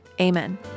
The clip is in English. Amen